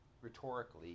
rhetorically